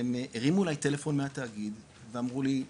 הם הרימו אלי טלפון מהתאגיד ואמרו לי,